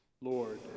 Lord